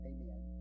Amen